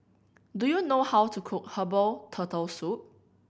do you know how to cook herbal Turtle Soup